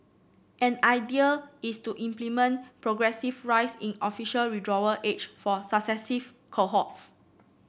an idea is to implement progressive rise in official withdrawal age for successive cohorts